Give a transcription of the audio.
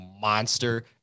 monster